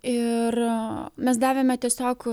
ir mes davėme tiesiog